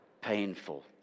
painful